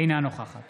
אינה נוכחת